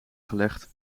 gelegd